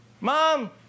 Mom